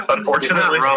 Unfortunately